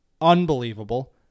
unbelievable